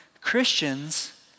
Christians